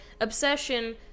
obsession